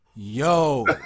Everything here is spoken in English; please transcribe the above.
Yo